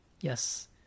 yes